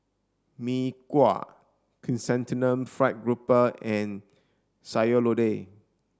Mee Kuah chrysanthemum fried Garoupa and Sayur Lodeh